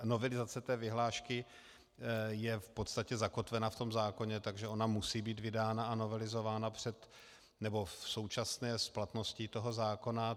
Novelizace té vyhlášky je v podstatě zakotvena v zákoně, takže ona musí být vydána a novelizována v současné platnosti toho zákona.